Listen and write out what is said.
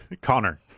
Connor